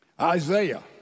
Isaiah